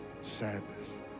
sadness